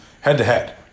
head-to-head